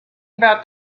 about